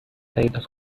پیدات